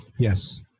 Yes